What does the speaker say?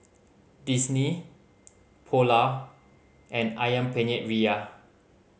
Disney Polar and Ayam Penyet Ria